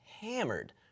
hammered